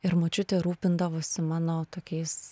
ir močiutė rūpindavosi mano tokiais